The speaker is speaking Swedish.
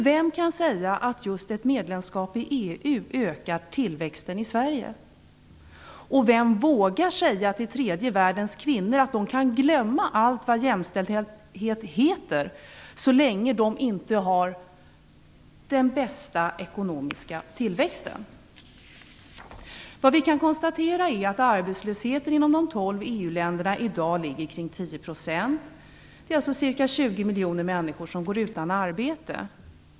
Vem kan säga att just ett medlemskap i EU gör att tillväxten i Sverige ökar? Och vem vågar säga till tredje världens kvinnor att de kan glömma allt vad jämställdhet heter så länge de inte har den bästa ekonomiska tillväxten. Vi kan konstatera att arbetslösheten inom de tolv EU-länderna i dag ligger kring 10 %. Ca 20 miljoner människor går alltså utan arbete.